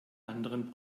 anderen